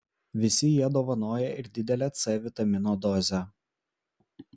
visi jie dovanoja ir didelę c vitamino dozę